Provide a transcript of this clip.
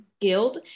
Guild